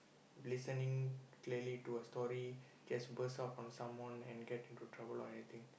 listening clearly to a story just burst out on someone and get into trouble or anything